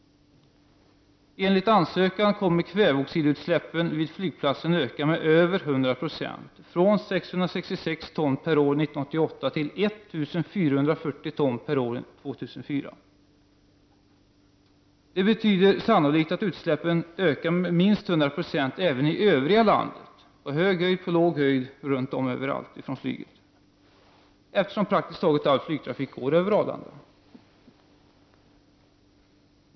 Enligt ansökan kommer kväveoxidutsläppen vid flygplatsen att öka med över 100 96, från 666 ton per år 1988 till 1440 ton per år 2004. Det betyder sannolikt att utsläppen från flyget, på hög höjd och på låg höjd, runt om överallt ökar med minst 100 96 även i övriga landet, eftersom praktiskt taget all flygtrafik går över Arlanda.